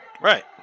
Right